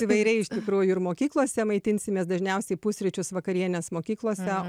įvairiai iš tikrųjų ir mokyklose maitinsimės dažniausiai pusryčius vakarienės mokyklose